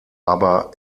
aber